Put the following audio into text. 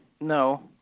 no